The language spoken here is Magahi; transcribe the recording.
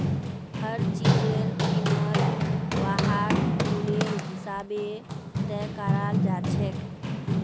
हर चीजेर कीमत वहार गुनेर हिसाबे तय कराल जाछेक